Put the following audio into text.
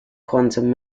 quantum